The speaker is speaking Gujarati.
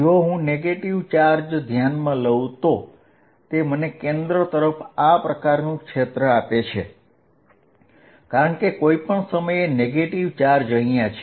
જો હું નેગેટીવ ચાર્જ ધ્યાનમાં લઉ તો તે મને કેન્દ્ર તરફ આ પ્રકારનું ક્ષેત્ર આપે છે કારણ કે કોઈ પણ સમયે નેગેટીવ ચાર્જ અહીંયા છે